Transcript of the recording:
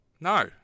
No